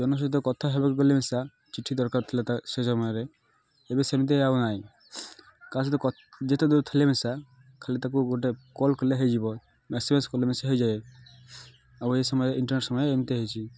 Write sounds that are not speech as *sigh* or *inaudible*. ଜଣଙ୍କ ସହିତ କଥା ହେବାକୁ ଗଲେ ମିଶା ଚିଠି ଦରକାର ଥିଲା *unintelligible* ସେ ସମୟରେ ଏବେ ସେମିତି ଆଉ ନାହିଁ କାହା ସହିତ ଯେତେ ଦୂର ଥିଲେ ମିଶା ଖାଲି ତାକୁ ଗୋଟେ କଲ୍ କଲେ ହେଇଯିବ ମେସେଜ୍ *unintelligible* କଲେ ମିଶା ହେଇଯାଏ ଆଉ ଏ ସମୟ ରେ ଇଣ୍ଟରନେଟ୍ ସମୟ ଏମିତି ହେଇଛି